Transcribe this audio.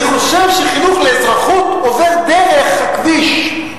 אני חושב שחינוך לאזרחות עובר דרך הכביש.